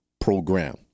Program